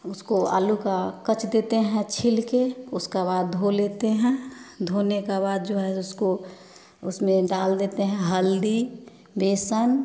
उसको आलू का कूच देते हैं छिलके उसका बाद धो लेते हैं धोने के बाद जो है उसको उसमें डाल देते हैं हल्दी बेसन